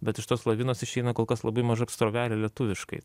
bet iš tos lavinos išeina kol kas labai maža srovelė lietuviškai